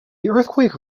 earthquake